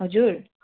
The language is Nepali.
हजुर